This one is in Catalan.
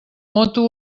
moto